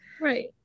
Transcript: Right